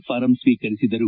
form ಸೀಕರಿಸಿದರು